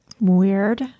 Weird